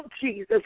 Jesus